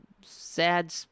sad